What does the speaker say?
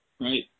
Right